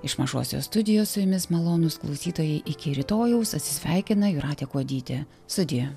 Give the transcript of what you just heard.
iš mažosios studijos su jumis malonūs klausytojai iki rytojaus atsisveikina jūratė kuodytė sudie